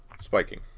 spiking